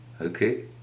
Okay